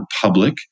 public